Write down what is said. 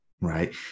Right